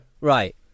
Right